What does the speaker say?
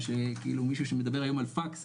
כאילו מישהו שמדבר היום על פקס,